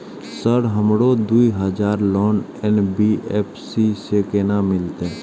Sir हमरो दूय हजार लोन एन.बी.एफ.सी से केना मिलते?